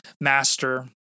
master